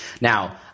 now